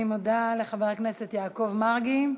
אני מודה לחבר הכנסת יעקב מרגי.